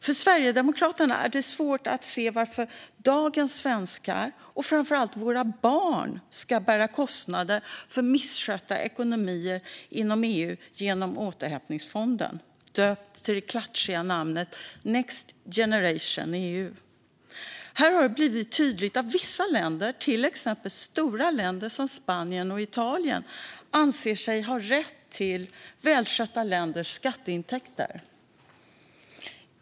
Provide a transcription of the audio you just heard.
För Sverigedemokraterna är det svårt att se varför dagens svenskar och framför allt våra barn ska bära kostnader för misskötta ekonomier inom EU genom återhämtningsfonden, döpt till det klatschiga namnet Next Generation EU. Här har det blivit tydligt att vissa länder, till exempel stora länder som Spanien och Italien, anser sig ha rätt till välskötta länders skatteintäkter.